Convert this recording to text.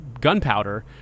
gunpowder